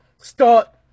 start